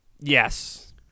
Yes